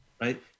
right